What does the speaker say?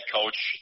coach